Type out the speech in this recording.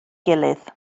gilydd